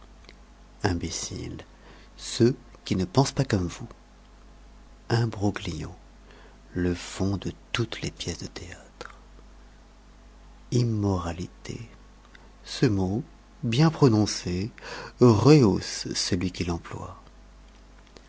imbéciles ceux qui ne pensent pas comme vous imbroglio le fond de toutes les pièces de théâtre immoralité ce mot bien prononcé rehausse celui qui l'emploie